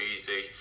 Easy